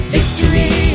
Victory